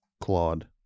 Claude